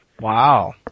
Wow